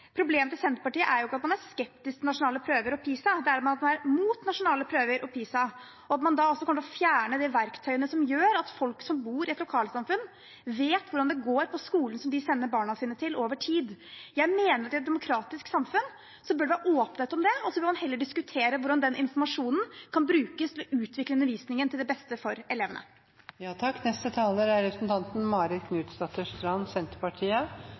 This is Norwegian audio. Problemet til Senterpartiet er ikke at man er skeptisk til nasjonale prøver og PISA, det er at man er mot nasjonale prøver og PISA, og at man da også kommer til fjerne de verktøyene som gjør at folk som bor i et lokalsamfunn, vet hvordan det går på skolen som de sender barna sine til, over tid. Jeg mener at i et demokratisk samfunn bør det være åpenhet om det, og så bør man heller diskutere hvordan den informasjonen kan brukes til å utvikle undervisningen til det beste for elevene. Representanten Marit Knutsdatter Strand